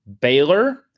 Baylor